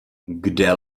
kde